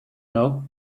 know